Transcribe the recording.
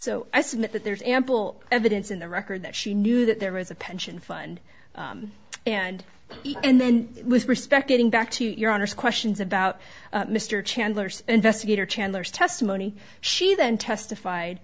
so i submit that there's ample evidence in the record that she knew that there was a pension fund and even then with respect getting back to your honor's questions about mr chandler's investigator chandler's testimony she then testified